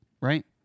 right